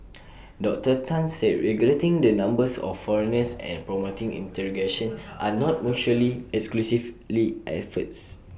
Doctor Tan said regulating the numbers of foreigners and promoting integration are not mutually exclusively efforts